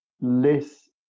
less